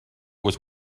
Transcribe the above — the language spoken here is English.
was